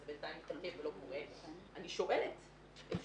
אני שואלת.